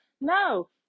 No